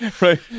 Right